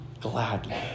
gladly